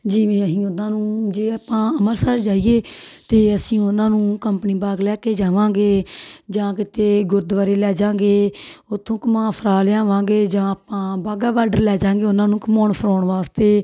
ਜਿਵੇਂ ਅਸੀਂ ਉਹਨਾਂ ਨੂੰ ਜੇ ਆਪਾਂ ਅੰਮ੍ਰਿਤਸਰ ਜਾਈਏ ਤਾਂ ਅਸੀਂ ਉਹਨਾਂ ਨੂੰ ਕੰਪਨੀ ਬਾਗ ਲੈ ਕੇ ਜਾਵਾਂਗੇ ਜਾਂ ਕਿਤੇ ਗੁਰਦੁਆਰੇ ਲੈ ਜਾਵਾਂਗੇ ਉੱਥੋਂ ਘੁੰਮਾ ਫਿਰਾ ਲਿਆਵਾਂਗੇ ਜਾਂ ਆਪਾਂ ਵਾਹਗਾ ਬਾਰਡਰ ਲੈ ਜਾਵਾਂਗੇ ਉਹਨਾਂ ਨੂੰ ਘੁੰਮਾਉਣ ਫਿਰਾਉਣ ਵਾਸਤੇ